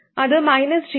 അത് -gmRD||RLvi ആണ്